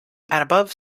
above